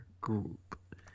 Group